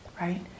right